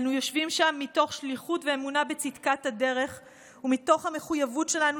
אנו יושבים שם מתוך שליחות ואמונה בצדקת הדרך ומתוך המחויבות שלנו,